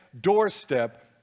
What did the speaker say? doorstep